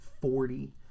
forty